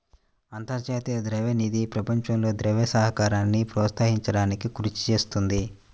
అంతర్జాతీయ ద్రవ్య నిధి ప్రపంచంలో ద్రవ్య సహకారాన్ని ప్రోత్సహించడానికి కృషి చేస్తుంది